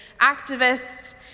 activists